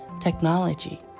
technology